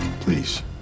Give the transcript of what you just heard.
Please